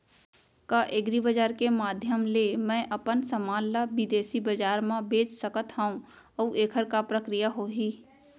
का एग्रीबजार के माधयम ले मैं अपन समान ला बिदेसी बजार मा बेच सकत हव अऊ एखर का प्रक्रिया होही?